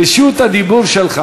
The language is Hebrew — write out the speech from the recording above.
רשות הדיבור שלך.